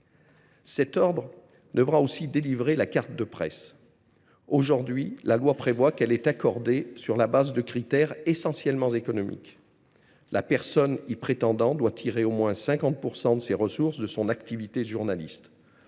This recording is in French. responsabilité de délivrer la carte de presse. Aujourd’hui, la loi prévoit que celle ci est accordée sur la base de critères essentiellement économiques. La personne y prétendant doit tirer au moins 50 % de ses ressources de son activité de journaliste.